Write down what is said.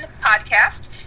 Podcast